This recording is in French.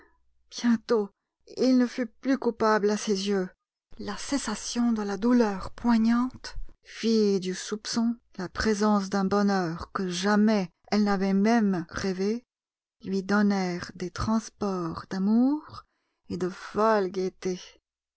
bientôt il ne fut plus coupable à ses yeux la cessation de la douleur poignante fille du soupçon la présence d'un bonheur que jamais elle n'avait même rêvé lui donnèrent des transports d'amour et de folle